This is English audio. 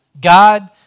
God